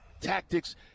tactics